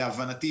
להבנתי,